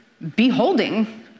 Beholding